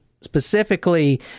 specifically